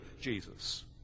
Jesus